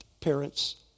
Parents